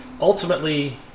ultimately